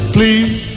Please